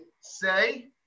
say